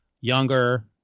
younger